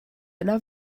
yna